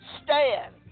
stand